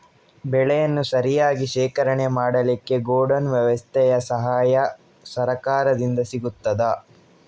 ಬೆಳೆಯನ್ನು ಸರಿಯಾಗಿ ಶೇಖರಣೆ ಮಾಡಲಿಕ್ಕೆ ಗೋಡೌನ್ ವ್ಯವಸ್ಥೆಯ ಸಹಾಯ ಸರಕಾರದಿಂದ ಸಿಗುತ್ತದಾ?